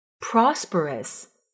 Prosperous